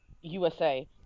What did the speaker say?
USA